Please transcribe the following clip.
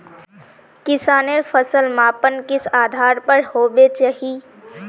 किसानेर फसल मापन किस आधार पर होबे चही?